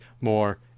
more